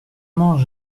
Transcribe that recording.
mange